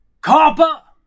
copper